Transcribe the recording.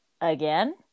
Again